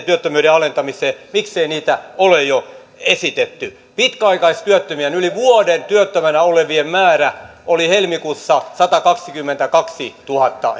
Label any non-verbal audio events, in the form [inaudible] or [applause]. [unintelligible] työttömyyden alentamiseen miksei niitä ole jo esitetty pitkäaikaistyöttömien yli vuoden työttömänä olleiden määrä oli helmikuussa satakaksikymmentäkaksituhatta [unintelligible]